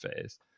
phase